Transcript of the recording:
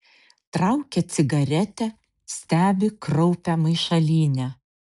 traukia cigaretę stebi kraupią maišalynę